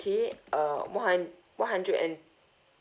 okay uh one one hundred and